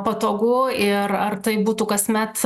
patogu ir ar tai būtų kasmet